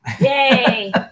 Yay